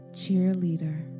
cheerleader